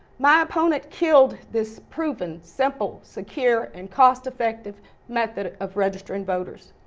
my opponent killed this proven simple secure and cost effective method of registering voters.